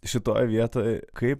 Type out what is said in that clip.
šitoj vietoj kaip